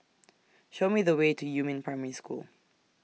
Show Me The Way to Yumin Primary School